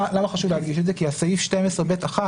חשוב להדגיש את זה כי סעיף 12ב1,